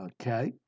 Okay